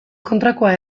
kontrakoa